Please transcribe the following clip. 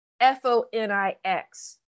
F-O-N-I-X